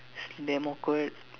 it's damn awkward